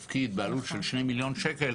זה ערבוב עם מה שעושה הוועדה בראשותך,